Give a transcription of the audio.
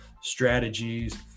strategies